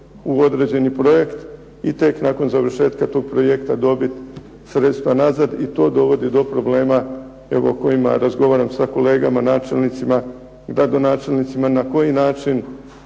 u određeni projekt i tek nakon završetka tog projekta dobiti sredstva nazad i to dovodi do problema o kojima razgovaram sa kolegama načelnicima i gradonačelnicima na koji način